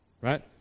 Right